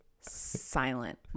silent